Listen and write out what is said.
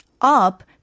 up